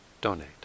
donate